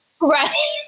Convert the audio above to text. Right